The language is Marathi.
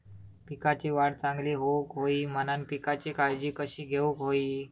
पिकाची वाढ चांगली होऊक होई म्हणान पिकाची काळजी कशी घेऊक होई?